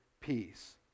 peace